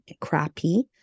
crappy